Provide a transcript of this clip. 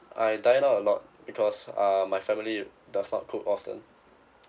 I dine out a lot because uh my family does not cook often